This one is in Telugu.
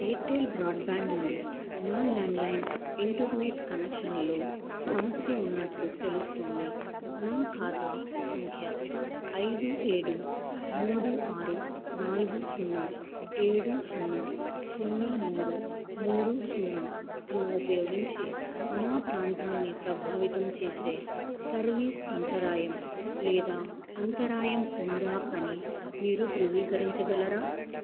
ఎయిర్టెల్ బ్రాడ్బ్యాండ్ నుండి నా ల్యాండ్లైన్ ఇంటర్నెట్ కనెక్షన్లో సమస్య ఉన్నట్లు తెలుస్తోంది నా ఖాతా సంఖ్య ఐదు ఏడు మూడు ఆరు నాలుగు సున్నా ఏడు సున్నా సున్నా మూడు మూడు సున్నా ను ఉపయోగించి నా ప్రాంతాన్ని ప్రభావితం చేసే సర్వీస్ అంతరాయం లేదా అంతరాయం ఉందా అని మీరు ధృవీకరించగలరా